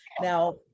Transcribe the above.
Now